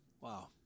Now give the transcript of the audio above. Wow